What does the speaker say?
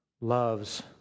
loves